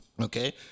Okay